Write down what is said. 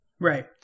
right